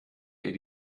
ihr